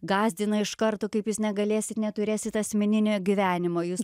gąsdina iš karto kaip jūs negalėsit neturėsit asmeninio gyvenimo jūs